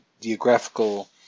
geographical